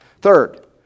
Third